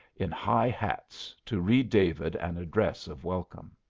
in high hats, to read david an address of welcome.